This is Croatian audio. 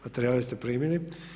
Materijale ste primili.